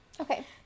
Okay